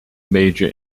major